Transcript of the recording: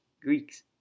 Greeks